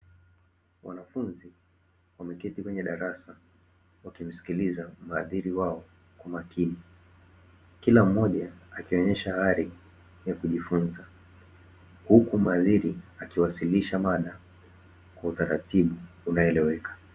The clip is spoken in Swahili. Wanafunzi wameketi kwenye darasa wakimsikiliza mhadhiri wao kwa makini. Kila mmoja akionyesha ari ya kujifunza, huku mhadhiri akiwasilisha mada kwa utaratibu unaoeleweka.